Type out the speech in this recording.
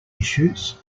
issues